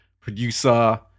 Producer